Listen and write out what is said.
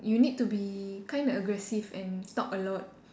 you need to be kind of aggressive and talk a lot